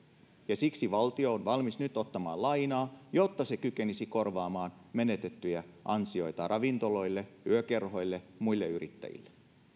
ja siksi valtio on valmis nyt ottamaan lainaa jotta se kykenisi korvaamaan menetettyjä ansioita ravintoloille yökerhoille muille yrittäjille